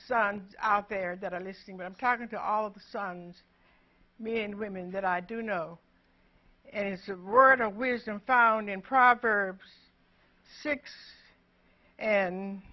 you out there that are listening but i'm talking to all of the songs men and women that i do know and it's a rural wisdom found in proper six and